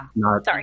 sorry